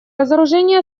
разоружения